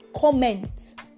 comment